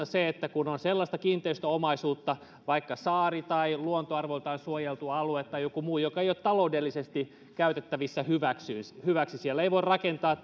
se että kun on sellaista kiinteistöomaisuutta vaikka saari tai luontoarvoiltaan suojeltu alue tai joku muu joka ei ole taloudellisesti käytettävissä hyväksi siellä ei voi rakentaa